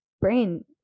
brain